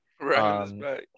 Right